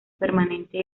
permanente